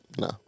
No